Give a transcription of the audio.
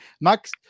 Max